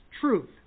truth